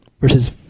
Verses